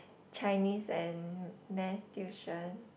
Chinese and Math tuition